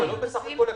זה לא בסך הכול הכללי.